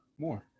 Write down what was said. More